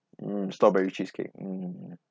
mm strawberry cheesecake mm